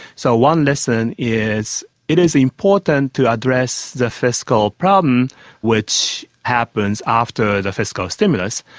so one lesson is it is important to address the fiscal problem which happens after the fiscal stimulus,